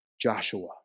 Joshua